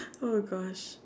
oh gosh